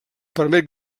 permet